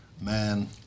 man